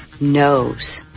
knows